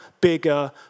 bigger